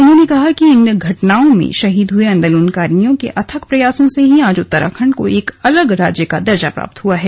उन्होंने कहा कि इन घटनाओं में शहीद हुये आन्दोलनकारियों के अथक प्रयासों से ही आज उत्तराखण्ड को एक अलग राज्य का दर्जा प्राप्त हुआ है